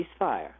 ceasefire